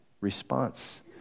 response